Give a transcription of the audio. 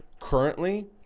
currently